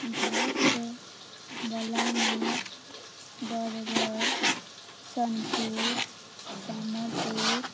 ଭାରତର ବଲାଙ୍ଗୀର ବରଗଡ଼ ସୋନପୁର ସମ୍ୱଲପୁର